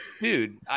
dude